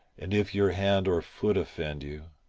and if your hand or foot offend you,